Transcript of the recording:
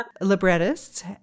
librettists